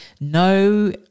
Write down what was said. No